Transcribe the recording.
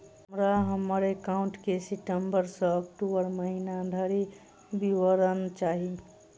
हमरा हम्मर एकाउंट केँ सितम्बर सँ अक्टूबर महीना धरि विवरण चाहि?